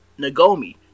Nagomi